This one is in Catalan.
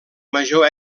major